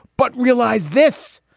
but realize this,